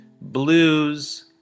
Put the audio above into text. blues